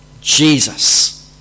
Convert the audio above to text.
Jesus